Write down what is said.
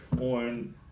on